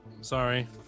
sorry